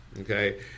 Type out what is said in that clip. okay